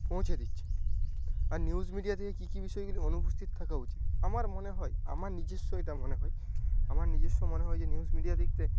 পৌঁছে দিচ্ছে আর নিউজ মিডিয়া থেকে কী কী বিষয়গুলি অনুপস্থিত থাকা উচিত আমার মনে হয় আমার নিজস্ব এটা মনে হয় আমার নিজস্ব মনে হয় যে নিউজ মিডিয়া দিক থেকে